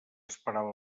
esperava